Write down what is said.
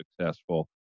successful